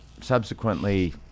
subsequently